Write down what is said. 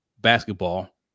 basketball